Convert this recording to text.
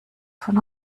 von